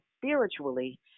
spiritually